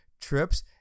trips